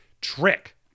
trick